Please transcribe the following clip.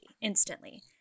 instantly